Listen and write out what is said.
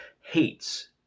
hates